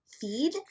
feed